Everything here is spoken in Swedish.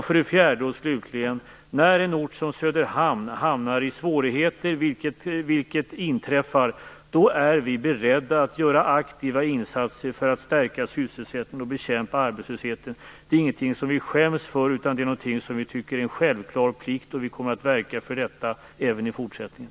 För det fjärde och slutligen: När en ort som Söderhamn kommer i svårigheter, vilket inträffar, är vi beredda att göra aktiva insatser för att stärka sysselsättningen och bekämpa arbetslösheten. Det är ingenting som vi skäms för, utan det är någonting som vi tycker är en självklar plikt, och vi kommer att verka för detta även i fortsättningen.